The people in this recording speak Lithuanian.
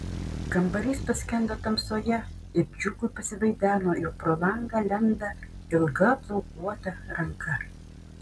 kambarys paskendo tamsoje ir džiugui pasivaideno jog pro langą lenda ilga plaukuota ranka